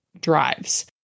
drives